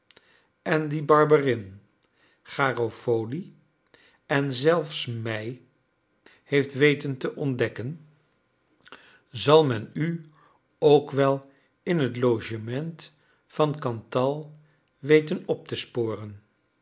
en die barberin garofoli en zelfs mij heeft weten te ontdekken zal men u ook wel in het logement van cantal weten op te sporen